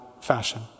fashion